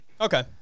okay